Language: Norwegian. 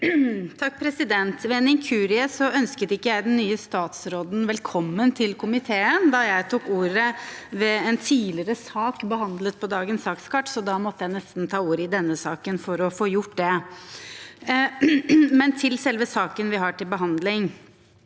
Ved en inkurie ønsket ikke jeg den nye statsråden velkommen til komiteen da jeg tok ordet ved en tidligere sak behandlet på dagens sakskart, så da måtte jeg nesten ta ordet i denne saken for å få gjort det. Til selve saken vi har til behandling,